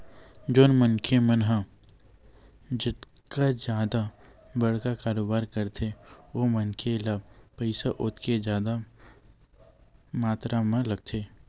जउन मनखे मन ह जतका जादा बड़का कारोबार करथे ओ मनखे ल पइसा ओतके जादा मातरा म लगथे